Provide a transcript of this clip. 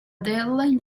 deadline